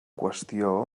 qüestió